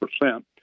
percent